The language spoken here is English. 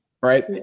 right